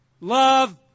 love